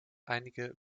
einige